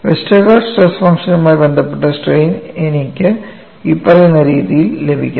വെസ്റ്റർഗാർഡിന്റെ സ്ട്രെസ് ഫംഗ്ഷനുമായി ബന്ധപ്പെട്ട സ്ട്രെയിൻ എനിക്ക് ഇനിപ്പറയുന്ന രീതിയിൽ ലഭിക്കുന്നു